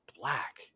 black